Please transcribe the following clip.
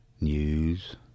news